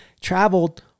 traveled